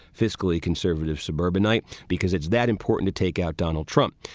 fiscally conservative suburbanite because it's that important to take out donald trump.